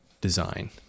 design